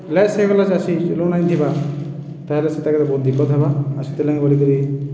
loss ହେଇଗଲା ଚାଷୀ loan ଆନିଥିବା ତା'ହେଲେ ସେତାକେ ତ ବହୁତ ବିପଦ୍ ହେବା ଆଉ ସେଥିର୍ଲାଗି ବଲିକରି